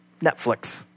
Netflix